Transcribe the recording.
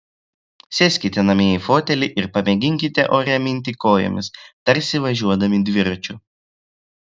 sėskite namie į fotelį ir pamėginkite ore minti kojomis tarsi važiuodami dviračiu